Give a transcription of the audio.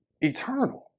Eternal